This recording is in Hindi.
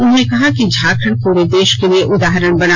उन्होंने कहा कि झारखण्ड पूरे देश के लिए उदाहरण बना